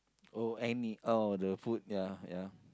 oh Annie oh the food ya ya